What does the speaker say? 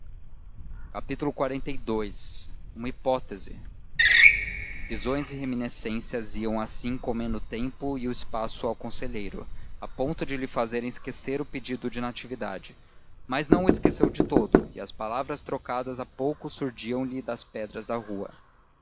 e experiência política xlii uma hipótese visões e reminiscências iam assim comendo o tempo e o espaço ao conselheiro a ponto de lhe fazerem esquecer o pedido de natividade mas não o esqueceu de todo e as palavras trocadas há pouco surdiam lhe das pedras da rua